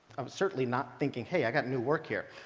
um certainly not thinking, hey, i got new work here.